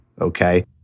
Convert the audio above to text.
Okay